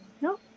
No